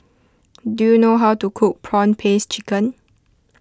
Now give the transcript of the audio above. do you know how to cook Prawn Paste Chicken